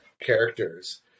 characters